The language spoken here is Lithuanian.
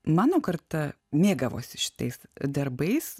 mano karta mėgavosi šitais darbais